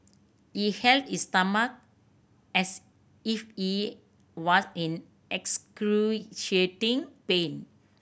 he held his stomach as if he was in excruciating pain